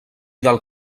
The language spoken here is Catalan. del